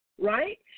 right